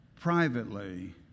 privately